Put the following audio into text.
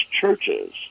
churches